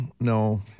no